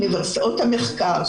באוניברסיטאות המחקר,